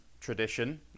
tradition